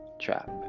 trap